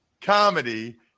comedy